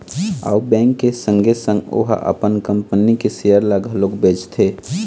अउ बेंक के संगे संग ओहा अपन कंपनी के सेयर ल घलोक बेचथे